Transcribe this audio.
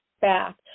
back